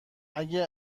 اگه